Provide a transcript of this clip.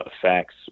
effects